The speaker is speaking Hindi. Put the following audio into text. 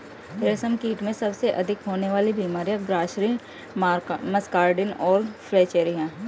रेशमकीट में सबसे अधिक होने वाली बीमारियां ग्रासरी, मस्कार्डिन और फ्लैचेरी हैं